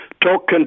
talk